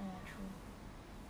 oh ya true